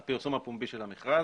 הפומבי של המכרז.